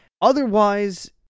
Otherwise